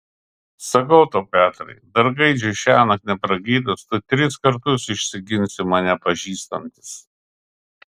sakau tau petrai dar gaidžiui šiąnakt nepragydus tu tris kartus išsiginsi mane pažįstantis